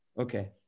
okay